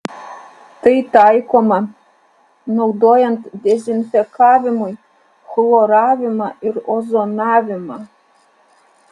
tai taikoma naudojant dezinfekavimui chloravimą ir ozonavimą